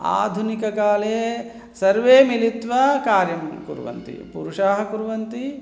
आधुनिककाले सर्वे मिलित्वा कार्यं कुर्वन्ति पुरुषाः कुर्वन्ति